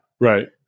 Right